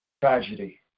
tragedy